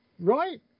Right